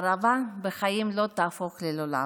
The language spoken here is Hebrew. הערבה בחיים לא תהפוך ללולב,